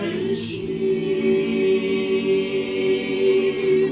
really